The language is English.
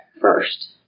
first